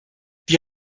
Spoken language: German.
die